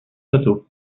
châteaux